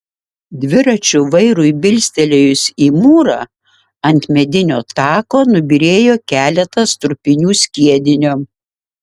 dviračio vairui bilstelėjus į mūrą ant medinio tako nubyrėjo keletas trupinių skiedinio